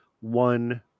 one